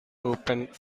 opened